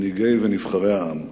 מנהיגי העם ונבחריו,